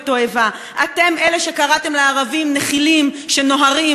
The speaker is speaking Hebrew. ו"תועבה"; אתם אלה שקראו לערבים "נחילים שנוהרים",